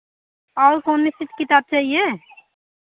और कौन सी किताब चाहिए